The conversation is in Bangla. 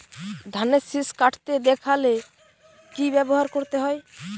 ধানের শিষ কাটতে দেখালে কি ব্যবহার করতে হয়?